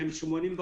העולים,